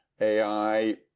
ai